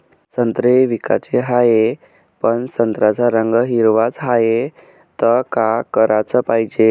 संत्रे विकाचे हाये, पन संत्र्याचा रंग हिरवाच हाये, त का कराच पायजे?